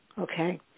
Okay